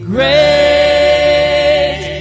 Great